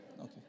Okay